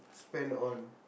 spend on